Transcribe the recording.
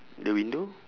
the window